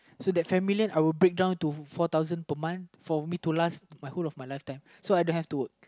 so that five million I will break down into four thousand per month for me to last the whole of my lifetime so I don't have to work